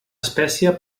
espècia